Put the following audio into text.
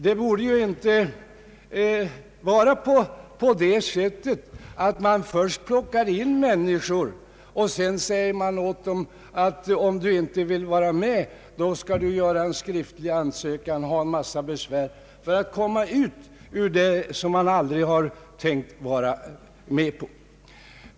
Det borde inte få gå till på det sättet att man först plockar in människor i en organisation och sedan säger till dem att om ni inte vill vara med så skall ni göra en skriftlig ansökan och ha en hel del besvär för att komma ut ur något som ni aldrig tänkt vara med i.